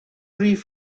rif